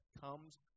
comes